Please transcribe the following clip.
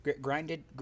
grinded